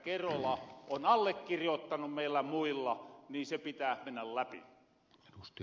kerola on allekirjotuttanu meillä muilla pitääs mennä läpi